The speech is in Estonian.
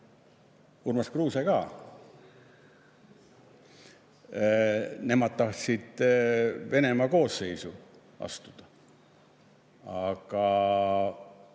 Urmas Kruuse ka. Nemad tahtsid Venemaa koosseisu astuda. Aga